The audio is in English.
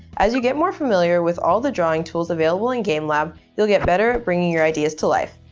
as you get more familiar with all the drawing tools available in game lab you'll get better bringing your ideas to life.